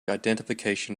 identification